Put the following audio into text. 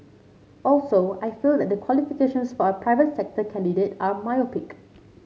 also I feel that the qualifications for a private sector candidate are myopic